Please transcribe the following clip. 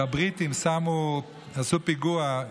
כשהבריטים עשו פיגוע.